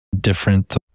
different